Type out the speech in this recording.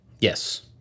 Yes